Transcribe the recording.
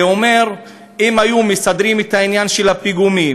זה אומר שאם היו מסדרים את העניין של הפיגומים,